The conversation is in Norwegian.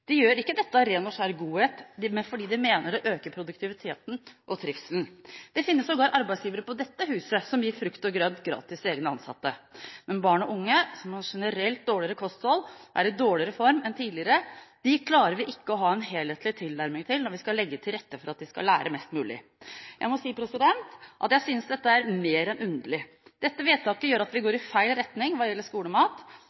De gjør ikke dette av ren og skjær godhet, men fordi de mener det øker produktiviteten og trivselen. Det finnes sågar arbeidsgivere på dette huset som gir frukt og grønt gratis til egne ansatte. Men barn og unge, som har generelt dårligere kosthold og er i dårligere form enn tidligere, klarer vi ikke å ha en helhetlig tilnærming til når vi skal legge til rette for at de skal lære mest mulig. Jeg må si at jeg synes dette er mer enn underlig. Dette vedtaket gjør at vi går